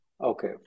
Okay